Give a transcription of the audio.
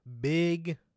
Big